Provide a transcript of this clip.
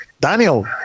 Daniel